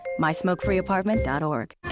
MySmokeFreeApartment.org